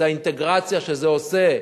זה האינטגרציה שזה עושה.